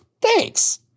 Thanks